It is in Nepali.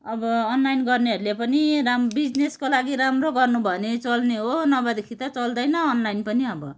अब अनलाइन गर्नेहरूले पनि राम् बिजनेसको लागि राम्रो गर्नु भने चल्ने हो नभएदेखि त चल्दैन अनलाइन पनि अब